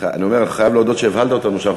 אני אומר, אני חייב להודות שאתה הבהלת אותנו שם.